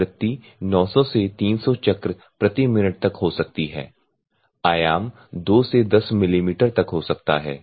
आवृत्ति 900 से 3000 चक्र प्रति मिनट तक हो सकती है आयाम 2 से 10 मिलीमीटर तक हो सकता है